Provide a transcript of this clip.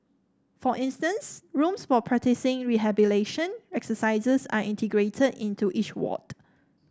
for instance rooms for practising rehabilitation exercises are integrated into each ward